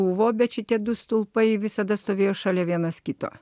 buvo bet šitie du stulpai visada stovėjo šalia vienas kito